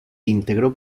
integró